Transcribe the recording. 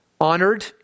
honored